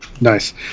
Nice